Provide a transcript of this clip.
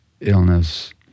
illness